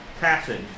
passage